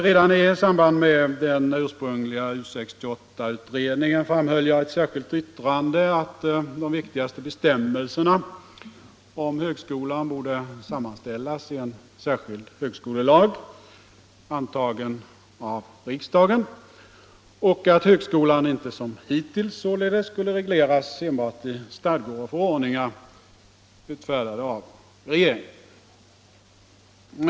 Redan i samband med den ursprungliga U 68-utredningen framhöll jag i ett särskilt yttrande att de viktigaste bestämmelserna om högskolan borde sammanställas i en särskild högskolelag, antagen av riksdagen, och att högskolan således inte som hittills skulle regleras enbart i stadgor och förordningar utfärdade av regeringen.